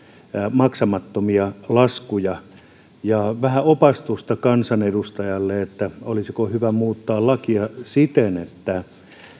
maksamattomia laskuja ja vähän opastusta kansanedustajalle olisiko hyvä muuttaa lakia siten että